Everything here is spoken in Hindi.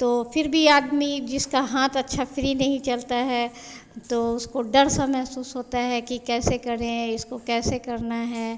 तो फिर भी आदमी जिसका हाथ अच्छा फ्री नहीं चलता है तो उसको डर सा महसूस होता है कि कैसे करें इसको कैसे करना है